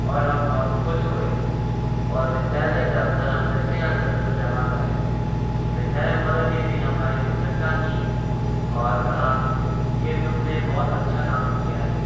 और हम बहुत खुश हुए और विद्यालय जाकर हमने छः हजार रुपये जमा कराए विद्यालय वालों ने भी हमारी प्रशंसा की और कहा कि तुमने बहुत अच्छा काम किया है